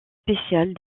spéciale